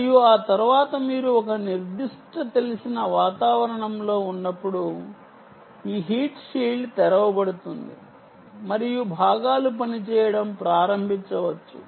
మరియు ఆ తర్వాత మీరు ఒక నిర్దిష్ట తెలిసిన వాతావరణంలో ఉన్నప్పుడు ఈ హీట్ షీల్డ్ తెరవబడుతుంది మరియు భాగాలు పనిచేయడం ప్రారంభించవచ్చు